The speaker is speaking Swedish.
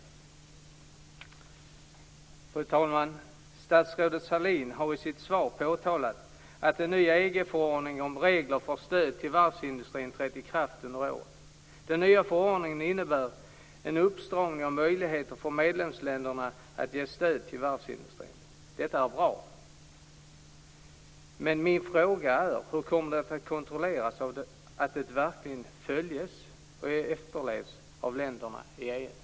Fru talman! Statsrådet Sahlin pekar i sitt svar på att den nya EG-förordningen om regler om stöd till varvsindustrin trätt i kraft under året. Den nya förordningen innebär en uppstramning av möjligheterna för medlemsländerna att ge stöd till varvsindustrin. Detta är bra men min fråga är: Hur kommer det att kontrolleras att detta verkligen följs och efterlevs av länderna i EU?